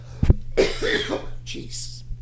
Jeez